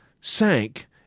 sank